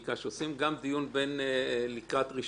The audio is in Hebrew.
שעושים גם דיון לקראת ראשונה,